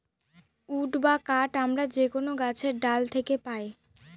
would বা কাঠ আমরা যে কোনো গাছের ডাল থাকে পাই